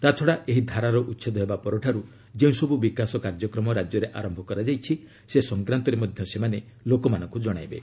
ତାଛଡ଼ା ଏହି ଧାରାର ଉଚ୍ଛେଦ ହେବା ପରଠାରୁ ଯେଉଁସବୁ ବିକାଶ କାର୍ଯ୍ୟକ୍ରମ ରାଜ୍ୟରେ ଆରମ୍ଭ କରାଯାଇଛି ସେ ସଂକ୍ରାନ୍ତରେ ମଧ୍ୟ ସେମାନେ ଲୋକମାନଙ୍କୁ ଜଣାଇବେ